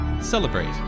celebrate